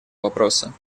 вопроса